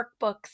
workbooks